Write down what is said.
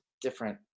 different